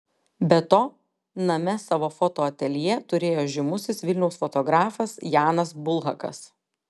be to name savo fotoateljė turėjo žymusis vilniaus fotografas janas bulhakas